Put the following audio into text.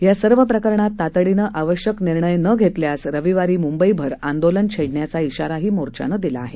या सर्व प्रकरणात तातडीने आवश्यक निर्णय ने घेतल्यास रविवारी मुंबईभर आंदोलन छेडण्याचा शाराही मोर्चाने दिला आहे